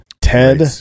Ted